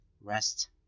rest